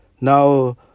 now